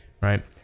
right